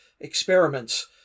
experiments